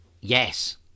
yes